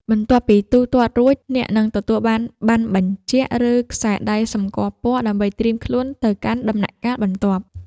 បន្ទាប់ពីទូទាត់រួច អ្នកនឹងទទួលបានប័ណ្ណបញ្ជាក់ ឬខ្សែដៃសម្គាល់ពណ៌ ដើម្បីត្រៀមខ្លួនទៅកាន់ដំណាក់កាលបន្ទាប់។